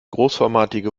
großformatige